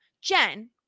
Jen